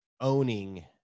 owning